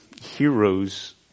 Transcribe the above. heroes